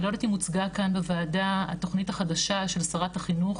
אני לא יודעת אם הוצגה כאן בוועדה התכנית החדשה של שרת החינוך,